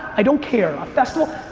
i don't care, a festival.